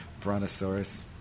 brontosaurus